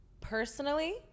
personally